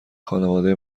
خانواده